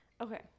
Okay